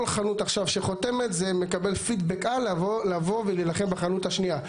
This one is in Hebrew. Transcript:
כל חנות עכשיו שחותמת זה מקבל פידבק הלאה לבוא ולהילחם בחנות השנייה.